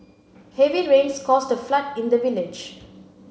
heavy rains caused a flood in the village